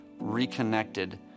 reconnected